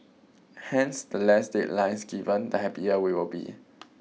hence the less deadlines given the happier we will be